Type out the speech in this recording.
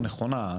נכונה.